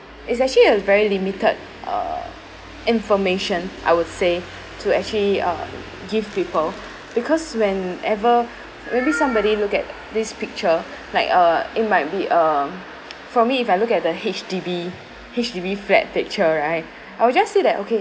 it's actually a very limited uh information I would say to actually uh give people because when ever maybe somebody look at this picture like uh it might be uh for me if I look at the H_D_B H_D_B flat picture right I will just say that okay